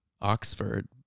Oxford